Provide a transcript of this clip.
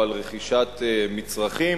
או על רכישת מצרכים,